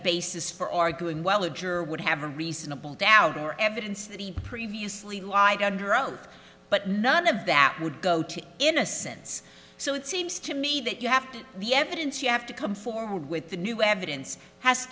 basis for our doing well a juror would have a reasonable doubt or evidence that he previously lied under oath but none of that would go to innocence so it seems to me that you have the evidence you have to come forward with the new evidence has